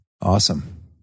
Awesome